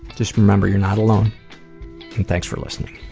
just remember you are not alone and thanks for listening